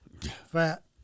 fat